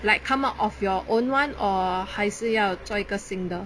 like come out of your own one or 还是要做一个新的